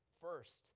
first